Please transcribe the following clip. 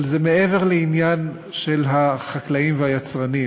אבל זה מעבר לעניין של החקלאים והיצרנים,